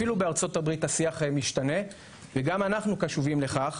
אפילו בארצות הברית השיח משתנה וגם אנחנו קשובים לכך